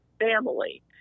family